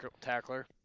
tackler